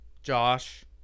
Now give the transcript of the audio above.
Josh